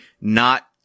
not-